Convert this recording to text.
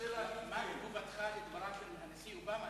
מה תגובתך על דבריו של הנשיא אובמה,